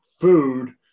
food